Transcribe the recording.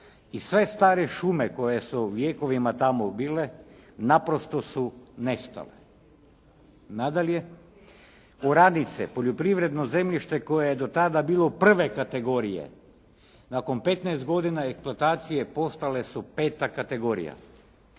i sve stare šume koje su vjekovima tamo bile naprosto su nestale. Nadalje oranice, poljoprivredno zemljište koje je do tada bilo prve kategorije, nakon 15 godina eksplatacije postale su peta kategorija,